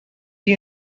you